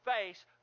face